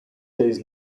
days